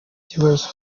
kibazo